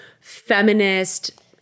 feminist